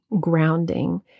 grounding